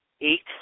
eight